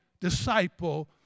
disciple